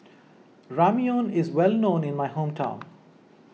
Ramyeon is well known in my hometown